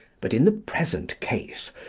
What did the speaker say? but in the present case,